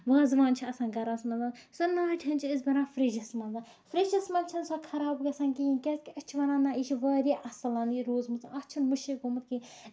وازوان چھُ آسان گرَس منٛز سۄ ناٹِہن چھِ أسۍ بران فرجَس منٛز فرجَس منٛز چھےٚ نہٕ سۄ خراب گژھان کِہیٖنی کیازِ کہِ أسۍ چھِ وَنان نہ یہِ چھِ واریاہ اَصٕل یہِ روٗزمٕژ اَتھ چھُنہٕ مُشُک گوٚومُت کہیٖنۍ